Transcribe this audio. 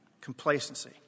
complacency